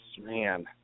man